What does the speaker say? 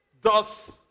Thus